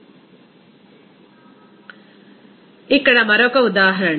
refer slide time ఇక్కడ మరొక ఉదాహరణ